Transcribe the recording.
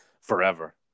forever